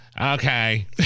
Okay